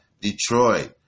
Detroit